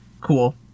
cool